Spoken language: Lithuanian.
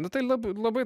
nu tai net labai